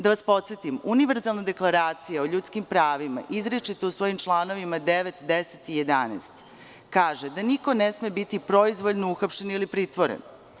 Da vas podsetim, univerzalna Deklaracija o ljudskim pravima izričito u svojim čl. 9, 10. i 11. kaže da niko ne sme biti proizvoljno uhapšen ili pritvoren.